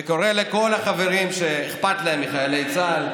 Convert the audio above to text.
וקורא לכל החברים שאכפת להם מחיילי צה"ל,